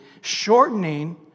shortening